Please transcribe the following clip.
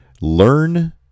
learn